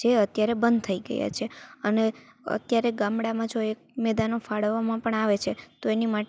જે અત્યારે બંધ થઇ ગયાં છે અને અત્યારે ગામડામાં જો એ મેદાનો ફાળવવામાં પણ આવે છે તો એની માટે